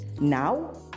Now